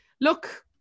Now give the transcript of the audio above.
look